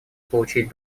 получить